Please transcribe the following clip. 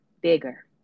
bigger